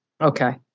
Okay